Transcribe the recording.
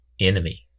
enemy